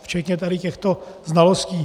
Včetně tady těchto znalostí.